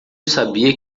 sabia